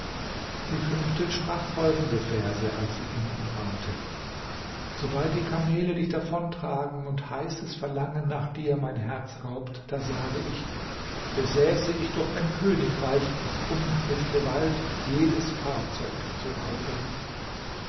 die fünfte sprach folgende verse als sie ihn umarmte sobald die kamele dich davontragen und heißes verlangen nach dir mein herz raubt da sage ich besäße ich doch ein königreich um mit gewalt jedes fahrzeug zu rauben